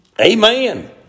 Amen